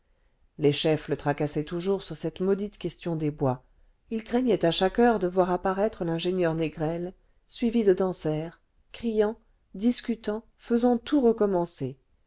les chefs le tracassaient toujours sur cette maudite question des bois il craignait à chaque heure de voir apparaître l'ingénieur négrel suivi de dansaert criant discutant faisant tout recommencer